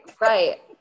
Right